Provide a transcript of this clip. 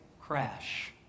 crash